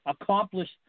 accomplished